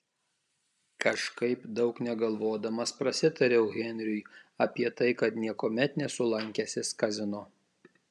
kažkaip daug negalvodamas prasitariau henriui apie tai kad niekuomet nesu lankęsis kazino